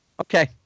Okay